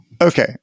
Okay